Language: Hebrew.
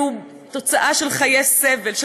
זו תוצאה של חיי סבל,